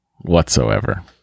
whatsoever